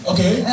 Okay